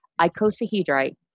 icosahedrite